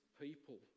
people